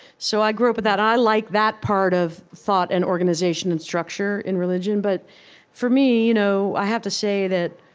so i grew up with that i like that part of thought and organization and structure in religion. but for me, you know i have to say that